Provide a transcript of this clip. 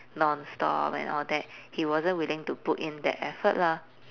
non-stop and all that he wasn't willing to put in that effort lah